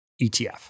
ETF